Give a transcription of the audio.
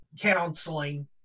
counseling